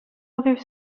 other